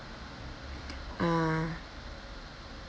ah